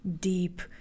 deep